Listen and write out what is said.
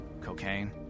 cocaine